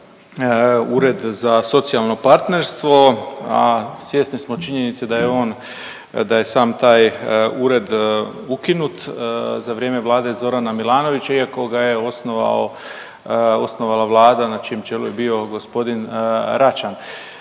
Ured za socijalno partnerstvo, a svjesni smo činjenice da je on, da je sam taj ured ukinut za vrijeme Vlade Zorana Milanović, iako ga je osnovao osnovala Vlada na čijem čelu je bio g. Račan.